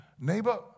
neighbor